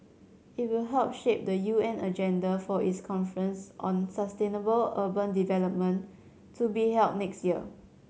it will help shape the U N agenda for its conference on sustainable urban development to be held next year